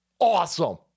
Awesome